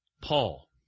Paul